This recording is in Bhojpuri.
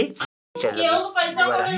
हमरे खाता के स्टेटमेंट कइसे निकली?